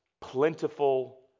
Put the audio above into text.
plentiful